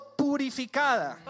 purificada